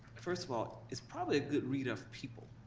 first of all, is probably a good read of people,